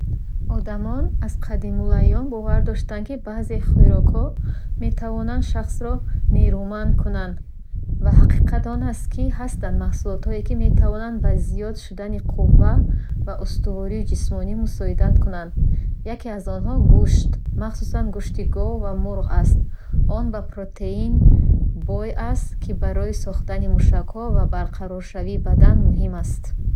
Одамон аз қадимулайём бовар доштанд, ки баъзе хӯрокҳо метавонанд шахсро нерӯманд кунанд. Ва ҳақиқат он аст, ки ҳастанд маҳсулоте, ки метавонанд ба зиёд шудани қувва ва устувории ҷисмонӣ мусоидат кунанд. Яке аз онҳо — гӯшт, махсусан гӯшти гов ва мурғ аст. Он бо протеин бой аст, ки барои сохтани мушакҳо ва барқароршавии бадан муҳим аст.